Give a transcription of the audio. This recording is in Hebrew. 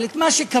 אבל את מה שקבעת,